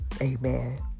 amen